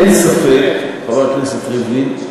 אין ספק, חבר הכנסת ריבלין,